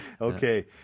okay